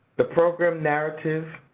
the program narrative,